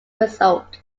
result